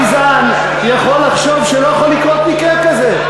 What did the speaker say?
רק מי שגזען יכול לחשוב שלא יכול לקרות מקרה כזה.